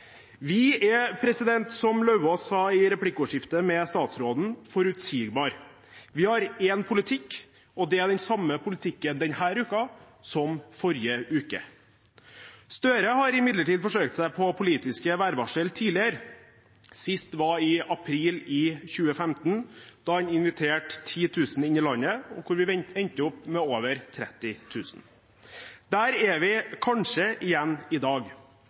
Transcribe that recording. Vi er, som Lauvås sa i replikkordskiftet med statsråden, forutsigbare. Vi har én politikk, og det er den samme politikken denne uka som forrige uke. Gahr Støre har imidlertid forsøkt seg på politiske værvarsler tidligere, sist i april 2015, da han inviterte 10 000 inn i landet, og vi endte opp med over 30 000. Der er vi kanskje igjen i dag.